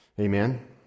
Amen